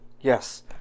Yes